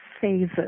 phases